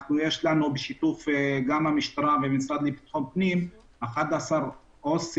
בשיתוף עם המשטרה והמשרד לביטחון פנים יש לנו 11 עובדים